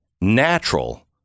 natural